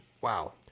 Wow